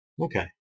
Okay